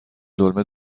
دلمه